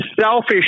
selfish